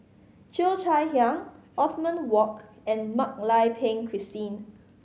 Cheo Chai Hiang Othman Wok and Mak Lai Peng Christine